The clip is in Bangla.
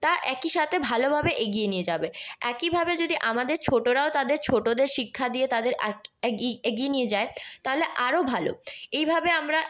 তা একই সাথে ভালোভাবে এগিয়ে নিয়ে যাবে একইভাবে যদি আমাদের ছোটোরাও তাদের ছোটোদের শিক্ষা দিয়ে তাদের এগিয়ে নিয়ে যায় তাহলে আরও ভালো এইভাবে আমরা